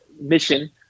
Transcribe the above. mission